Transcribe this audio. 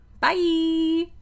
Bye